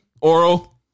oral